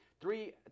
three